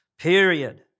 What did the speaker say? period